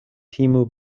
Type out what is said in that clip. timu